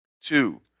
Two